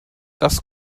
das